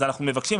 אז אנחנו מבקשים.